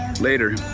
Later